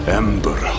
ember